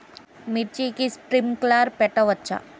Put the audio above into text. మిర్చికి స్ప్రింక్లర్లు పెట్టవచ్చా?